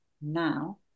now